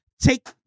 take